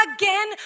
again